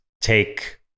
take